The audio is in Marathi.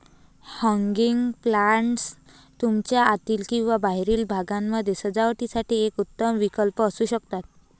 हँगिंग प्लांटर्स तुमच्या आतील किंवा बाहेरील भागामध्ये सजावटीसाठी एक उत्तम विकल्प असू शकतात